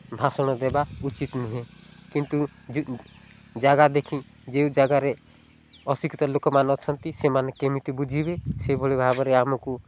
ଭାଷଣ ଦେବା ଉଚିତ୍ ନୁହେଁ କିନ୍ତୁ ଜାଗା ଦେଖି ଯେଉଁ ଜାଗାରେ ଅଶିକ୍ଷିତ ଲୋକମାନେ ଅଛନ୍ତି ସେମାନେ କେମିତି ବୁଝିବେ ସେଭଳି ଭାବରେ ଆମକୁ